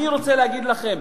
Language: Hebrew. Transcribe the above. אני רוצה להגיד לכם,